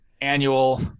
annual